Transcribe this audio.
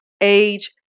age